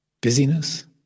busyness